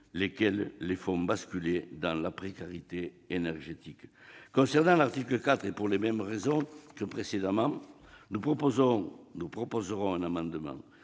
les faisant basculer dans la précarité énergétique. Concernant l'article 4, et pour les mêmes raisons que précédemment, nous proposerons un amendement